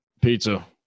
pizza